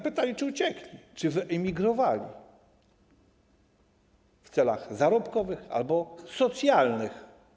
Pytanie czy uciekli, czy wyemigrowali w celach zarobkowych albo socjalnych.